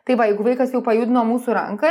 tai va jeigu vaikas jau pajudino mūsų ranką